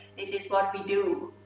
this is what we do.